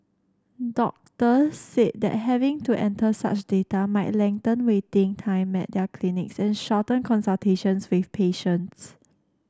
doctors said that having to enter such data might lengthen waiting time at their clinics and shorten consultations with patients